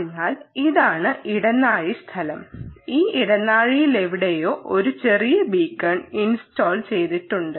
അതിനാൽ ഇതാണ് ഇടനാഴി സ്ഥലം ഈ ഇടനാഴിയിലെവിടെയോ ഒരു ചെറിയ ബീക്കൺ ഇൻസ്റ്റാൾ ചെയ്തിട്ടുണ്ട്